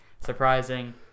surprising